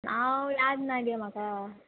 हांव याद ना गे म्हाका